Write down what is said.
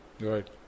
Right